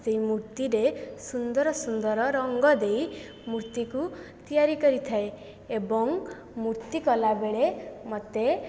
ସେହି ମୂର୍ତ୍ତିରେ ସୁନ୍ଦର ସୁନ୍ଦର ରଙ୍ଗ ଦେଇ ମୂର୍ତ୍ତିକୁ ତିଆରି କରିଥାଏ ଏବଂ ମୂର୍ତ୍ତି କଲାବେଳେ ମୋତେ